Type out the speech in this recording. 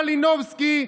מלינובסקי,